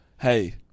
Hey